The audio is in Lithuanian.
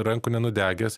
rankų nenudegęs